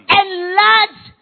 enlarge